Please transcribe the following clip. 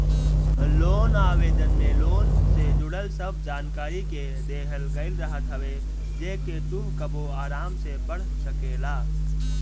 loan आवेदन में loan से जुड़ल सब जानकरी के देहल गईल रहत हवे जेके तू कबो आराम से पढ़ सकेला